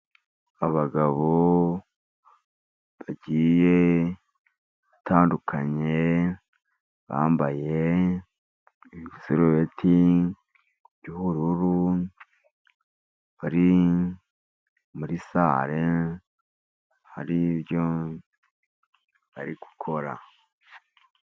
Abagabo bagiye batandukanye bambaye isarubeti y'ubururu , bari muri sale har'ibyo bari gukora.